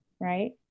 right